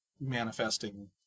manifesting